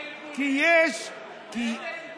לאילו ארגונים?